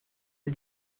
all